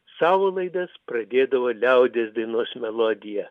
savo laidas pradėdavo liaudies dainos melodija